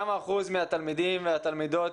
כמה אחוז מהתלמידים והתלמידות,